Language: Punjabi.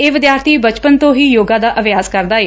ਇਹ ਵਿਦਿਆਰਬੀ ਬਚਪਨ ਤੋਂ ਹੀ ਯੋਗ ਦਾ ਅਭਿਆਸ ਕਰਦਾ ਏ